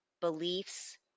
beliefs